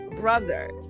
brother